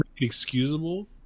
excusable